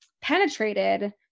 penetrated